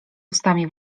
ustami